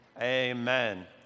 amen